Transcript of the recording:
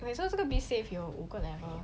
五个 level